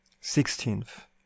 Sixteenth